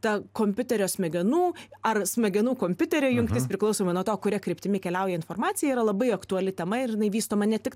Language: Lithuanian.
ta kompiuterio smegenų ar smegenų kompiuterio jungtis priklausomai nuo to kuria kryptimi keliauja informacija yra labai aktuali tema ir jinai vystoma ne tik